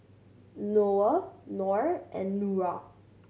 Noah Nor and Nura